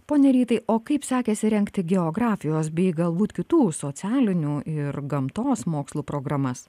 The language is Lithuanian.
pone rytai o kaip sekėsi rengti geografijos bei galbūt kitų socialinių ir gamtos mokslų programas